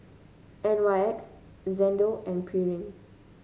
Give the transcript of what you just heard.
N Y X Xndo and Pureen